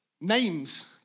names